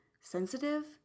sensitive